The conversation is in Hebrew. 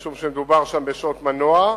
משום שמדובר שם בשעות מנוע,